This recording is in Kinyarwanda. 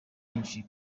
byinshi